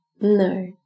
No